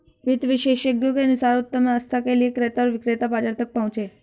वित्त विशेषज्ञों के अनुसार उत्तम आस्था के लिए क्रेता और विक्रेता बाजार तक पहुंचे